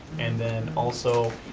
and then also,